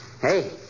Hey